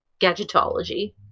gadgetology